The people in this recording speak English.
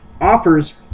offers